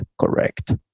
correct